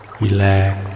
relax